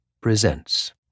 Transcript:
presents